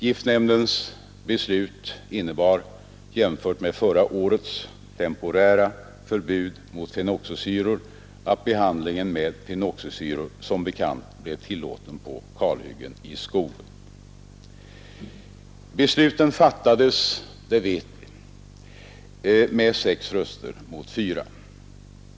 Giftnämndens beslut innebar, jämfört med förra årets temporära förbud mot fenoxisyror, att behandling med fenoxisyror som bekant blev tillåten på kalhyggen i skogen. Beslutet fattades, det vet vi, med sex röster mot fyra.